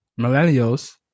millennials